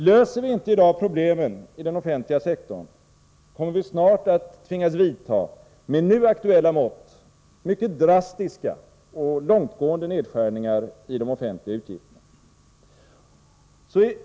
Löser vi inte i dag problemen i den offentliga sektorn, kommer vi snart att tvingas vidta med nu aktuella mått mycket drastiska och långtgående nedskärningar i de offentliga utgifterna.